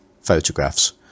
photographs